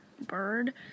bird